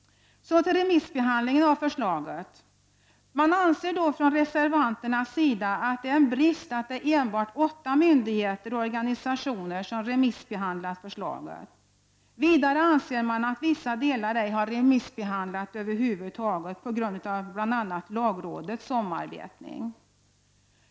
Så till remissbehandlingen av förslaget. Man anser från reservanternas sida att det är en brist att enbart åtta myndigheter och organisationer remissbehandlat förslaget. Vidare anser man att vissa delar ej har remissbehandlats över huvud taget på grund av bl.a. lagrådets omarbetning.